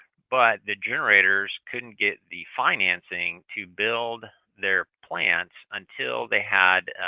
but the generators couldn't get the financing to build their plants until they had